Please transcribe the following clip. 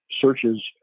searches